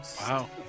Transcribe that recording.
Wow